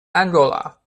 angola